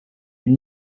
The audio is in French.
une